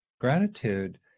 Gratitude